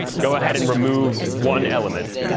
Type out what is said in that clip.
go ahead and remove one element.